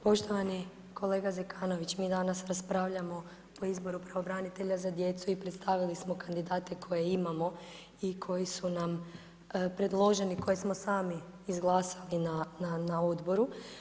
Poštovani kolega Zekanović, mi danas raspravljamo o izboru pravobranitelja za djecu i predstavili smo kandidate koje imamo i koji su nam predloženi, koje smo sami izglasali na odboru.